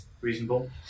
reasonable